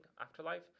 afterlife